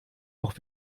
auch